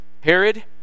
Herod